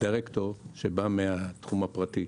דירקטור שבא מהתחום הפרטי,